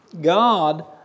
God